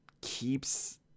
keeps